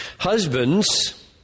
Husbands